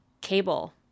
cable